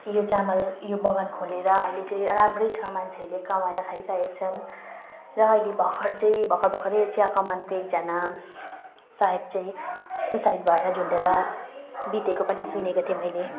यो चामल यो बगान खोलेर अहिले चाहिँ राम्रै छ मान्छेहरूले कमाए खाइराखेका छन् र अहिले भर्खर चाहिँ भर्खर भर्खरै यो चियाकमानको एकजना साहेब चाहिँ सुसाइड भएर झुन्डेर बितेको पनि सुनेको थिएँ मैले